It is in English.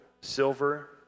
silver